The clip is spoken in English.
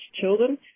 children